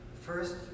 First